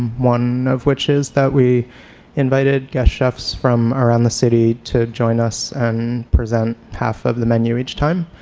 one of which is that we invited guest chefs from around the city to join us and present half of the menu each time.